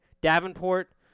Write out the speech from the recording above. Davenport